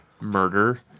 murder